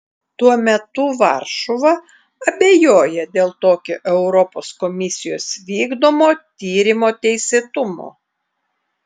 tuo metu varšuva abejoja dėl tokio europos komisijos vykdomo tyrimo teisėtumo